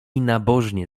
nabożnie